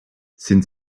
sind